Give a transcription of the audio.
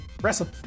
wrestle